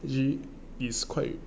actually it is quite